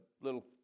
little